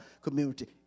community